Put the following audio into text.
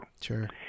Sure